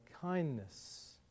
kindness